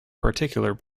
particular